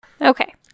Okay